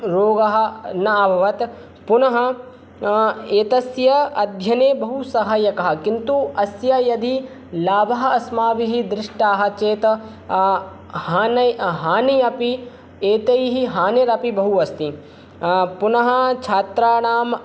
रोगः न अभवत् पुनः एतस्य अध्ययने बहुसहायकः किन्तु अस्य यदि लाभाः अस्माभिः दृष्टाः चेत् ह् हानै हानिः अपि एतैः हानिरपि बहु अस्ति पुनः छात्राणां